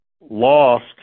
lost